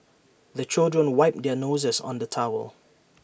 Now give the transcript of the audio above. the children wipe their noses on the towel